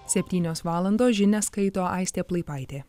septynios valandos žinias skaito aistė plaipaitė